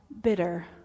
bitter